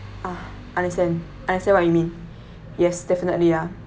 ah understand understand what you mean yes definitely ya